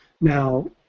Now